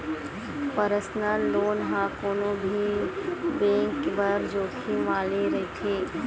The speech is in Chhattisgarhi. परसनल लोन ह कोनो भी बेंक बर जोखिम वाले रहिथे